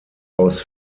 aus